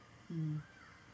mm